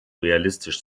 realistisch